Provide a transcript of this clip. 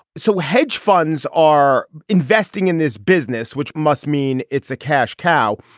so hedge funds are investing in this business, which must mean it's a cash cow.